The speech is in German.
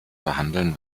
verhandeln